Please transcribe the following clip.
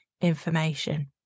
information